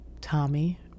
Tommy